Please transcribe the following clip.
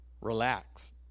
relax